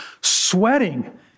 sweating